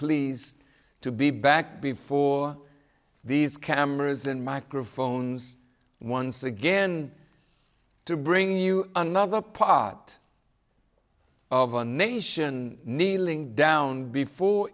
pleased to be back before these cameras and microphones once again to bring you another pot of a nation needling down before